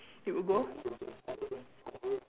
you would go